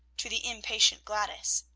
to the impatient gladys.